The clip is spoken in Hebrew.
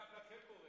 גברתי היושבת-ראש,